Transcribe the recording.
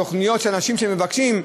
תוכניות של אנשים שמבקשים,